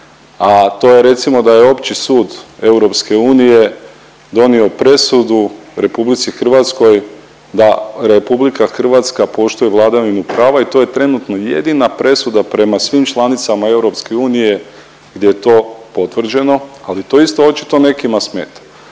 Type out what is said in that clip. a to je recimo da je Opći sud EU donio presudu RH da RH poštuje vladavinu prava i to je trenutno jedina presuda prema svim članicama EU gdje je to potvrđeno, ali to isto očito nekima smeta.